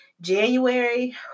January